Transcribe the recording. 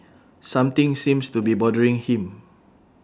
something seems to be bothering him